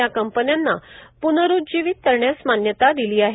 या कंपन्यांना प्नरूज्जिवीत करण्यास मान्यता दिली आहे